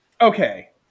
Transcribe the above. okay